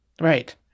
Right